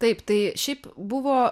taip tai šiaip buvo